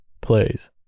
plays